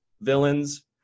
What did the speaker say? villains